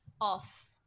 off